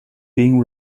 being